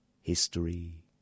history